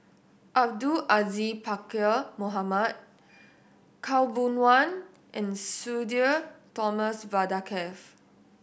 Abdul Aziz Pakkeer Mohamed Khaw Boon Wan and Sudhir Thomas Vadaketh